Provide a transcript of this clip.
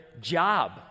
job